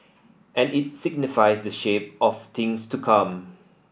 and it signifies the shape of things to come